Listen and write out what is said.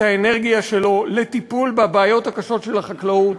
האנרגיה שלו לטיפול בבעיות הקשות של החקלאות.